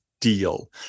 deal